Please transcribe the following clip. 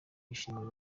yishimira